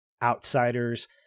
Outsiders